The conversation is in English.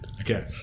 Okay